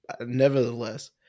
Nevertheless